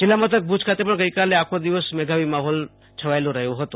જિલ્લામથક ભુજ ખાતે પણ ગઈકાલે આખો દિવસ મેઘાવી માહોલ છવાયેલો રહ્યો હતો